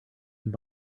some